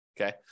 Okay